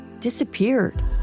disappeared